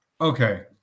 Okay